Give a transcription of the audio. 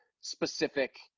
specific